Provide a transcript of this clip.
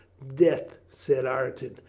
death, said ireton.